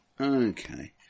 Okay